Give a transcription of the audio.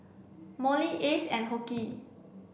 Mollie Ace and Hoke